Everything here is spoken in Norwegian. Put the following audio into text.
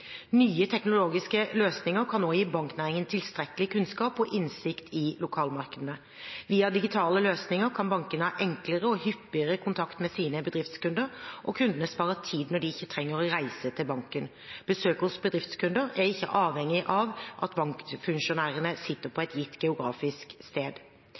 Nye teknologiske løsninger kan gi banknæringen tilstrekkelig kunnskap om og innsikt i lokalmarkedene. Via digitale løsninger kan bankene ha enklere og hyppigere kontakt med sine bedriftskunder, og kundene sparer tid når de ikke trenger å reise til banken. Besøk hos bedriftskunder er ikke avhengig av at bankfunksjonærene sitter på et gitt geografisk sted.